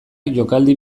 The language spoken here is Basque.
jokaldi